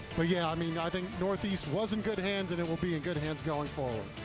but yeah i mean i think northeast was in good hands and it will be in good hands going forward,